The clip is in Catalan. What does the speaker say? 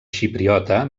xipriota